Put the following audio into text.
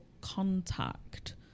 contact